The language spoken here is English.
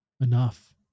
Enough